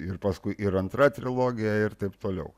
ir paskui ir antra trilogiją ir taip toliau